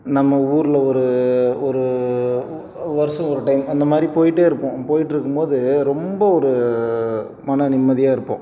நம்ம ஊரில் ஒரு ஒரு வருடம் ஒரு டைம் அந்த மாதிரி போயிட்டே இருப்போம் போயிட்டிருக்கும்போது ரொம்ப ஒரு மன நிம்மதியாக இருப்போம்